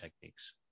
techniques